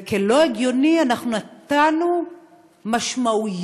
וכלא הגיוני אנחנו נתנו משמעויות